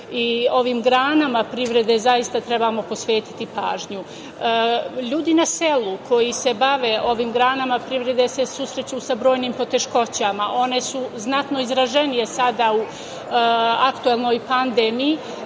ovim granama privrede zaista trebamo posvetiti pažnju. Ljudi na selu koji se bave ovim granama privrede se susreću sa brojnim poteškoćama. One su znatno izraženije sada u aktuelnoj pandemiji,